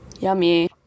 yummy